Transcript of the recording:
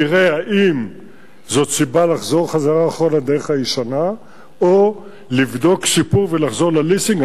נראה אם זו סיבה לחזור אחורה לדרך הישנה או לבדוק שיפור ולחזור לליסינג.